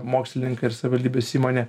mokslininkai ir savivaldybės įmonė